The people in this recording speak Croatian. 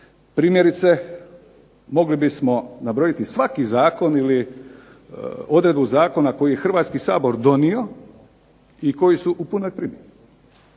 Primjerice, mogli bismo nabrojiti svaki zakon ili odredbu zakona koji je Hrvatski sabor donio i koji su u punoj primjeni.